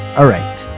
alright,